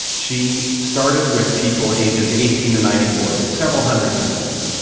she started with people aged eighteen to ninety four, several hundred people,